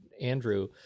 Andrew